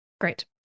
Great